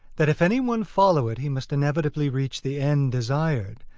that if any one follow it he must inevitably reach the end desired,